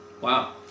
Wow